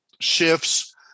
shifts